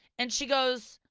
and she goes,